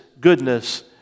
goodness